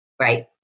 right